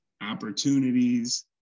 opportunities